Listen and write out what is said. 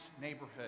neighborhood